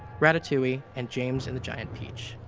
ratatouille and james and the giant peach.